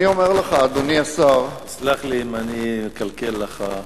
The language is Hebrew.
אני אומר לך, אדוני השר, סלח לי אם אני אקלקל לך,